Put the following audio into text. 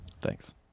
Thanks